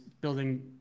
building